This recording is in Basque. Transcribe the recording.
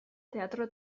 teatro